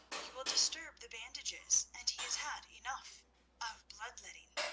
you will disturb the bandages, and he has had enough of blood-letting.